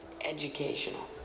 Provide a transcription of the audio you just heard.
educational